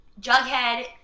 Jughead